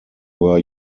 were